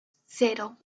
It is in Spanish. cero